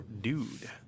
Dude